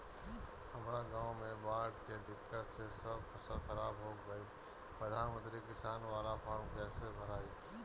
हमरा गांव मे बॉढ़ के दिक्कत से सब फसल खराब हो गईल प्रधानमंत्री किसान बाला फर्म कैसे भड़ाई?